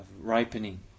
ripening